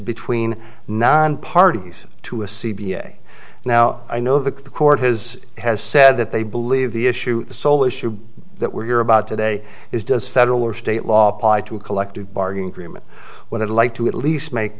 between nine parties to a c b s now i know that the court has has said that they believe the issue the sole issue that we're hear about today is does federal or state law apply to a collective bargaining agreement what i'd like to at least make